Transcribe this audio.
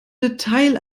detail